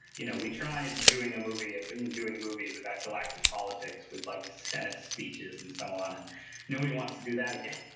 you know we try and doing a movie, ah been and doing movies about galactic politics with like senate speeches and so on and nobody wants to do that again.